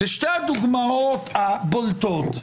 שתי הדוגמאות הבולטות,